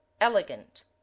elegant